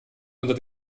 unter